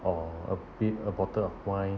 or a bit a bottle of wine